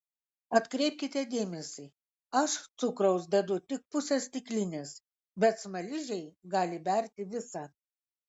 atkreipkite dėmesį aš cukraus dedu tik pusę stiklinės bet smaližiai gali berti visą